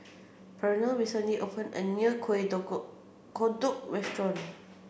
Pernell recently opened a new Kuih Kodok Restaurant